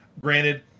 granted